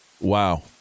wow